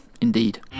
Indeed